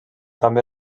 també